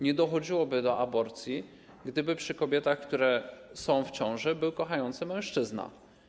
Nie dochodziłoby do aborcji, gdyby przy kobietach, które są w ciąży, był kochający mężczyzna.